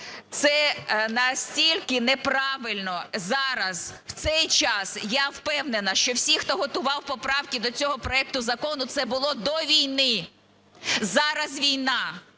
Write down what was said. Це настільки неправильно зараз, в цей час. Я впевнена, що всі, хто готував поправки до цього проекту закону, це було до війни. Зараз війна.